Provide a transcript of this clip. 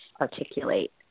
articulate